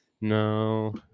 No